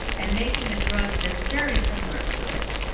and making a drug that is very similar to it,